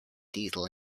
diesel